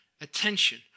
attention